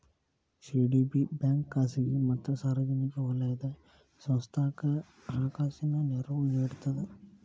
CDB bank ಖಾಸಗಿ ಮತ್ತ ಸಾರ್ವಜನಿಕ ವಲಯದ ಸಂಸ್ಥಾಕ್ಕ ಹಣಕಾಸಿನ ನೆರವು ನೇಡ್ತದ